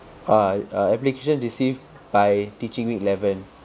ah err application received by teaching week eleven